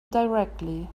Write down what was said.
directly